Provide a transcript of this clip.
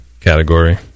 category